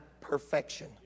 perfection